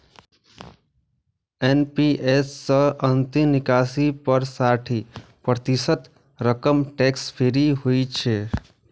NPS सं अंतिम निकासी पर साठि प्रतिशत रकम टैक्स फ्री होइ छै